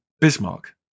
Bismarck